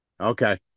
Okay